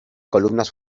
columnas